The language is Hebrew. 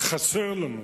חסר לנו